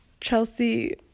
Chelsea